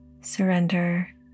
surrender